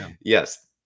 yes